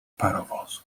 parowozu